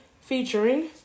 featuring